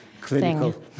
Clinical